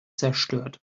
zerstört